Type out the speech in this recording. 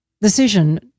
decision